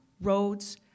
roads